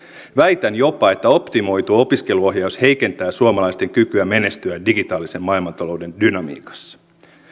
väitän jopa että optimoitu opiskelun ohjaus heikentää suomalaisten kykyä menestyä digitaalisen maailmantalouden dynamiikassa